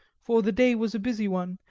for the day was a busy one,